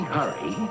hurry